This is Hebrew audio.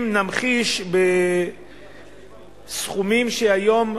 אם נמחיש בסכומים שהיום,